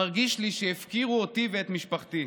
מרגיש לי שהפקירו אותי ואת משפחתי.